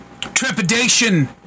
Trepidation